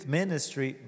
ministry